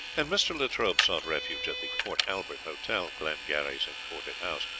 and mr. latrobe sought refuge at the port albert hotel, glengarry's imported house.